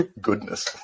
goodness